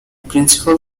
principal